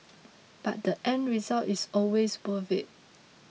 but the end result is always worth it